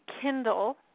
Kindle